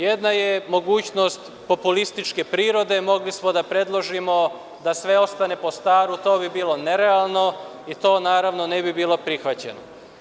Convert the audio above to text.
Jedna je mogućnost populističke prirode, mogli smo da predložimo da sve ostane po starom, to bi bilo nerealno i to naravno ne bi bilo prihvaćeno.